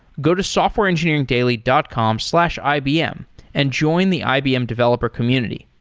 go to softwareengineeringdaily dot com slash ibm and join the ibm developer community.